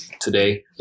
today